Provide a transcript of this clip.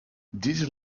this